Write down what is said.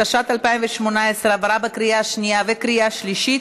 התשע"ט 2018,